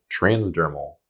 transdermal